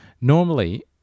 normally